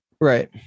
Right